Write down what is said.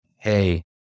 hey